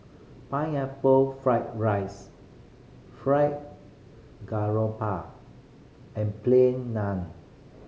Pineapple Fried rice Fried Garoupa and Plain Naan